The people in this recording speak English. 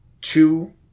two